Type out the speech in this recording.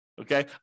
Okay